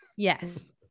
Yes